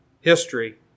history